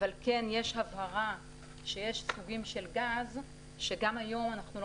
אבל כן יש הבהרה שיש סוגים של גז שגם היום אנחנו לא